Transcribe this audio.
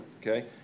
okay